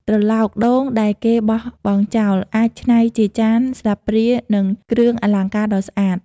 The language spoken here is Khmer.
ត្រឡោកដូងដែលគេបោះចោល អាចច្នៃជាចាន ស្លាបព្រា និងគ្រឿងអលង្ការដ៏ស្អាត។